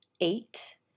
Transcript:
eight